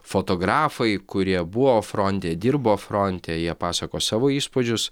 fotografai kurie buvo fronte dirbo fronte jie pasakos savo įspūdžius